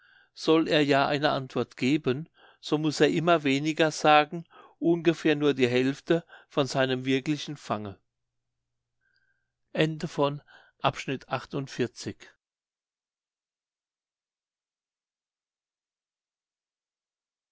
soll er ja eine antwort geben so muß er immer weniger sagen ungefähr nur die hälfte von seinem wirklichen fange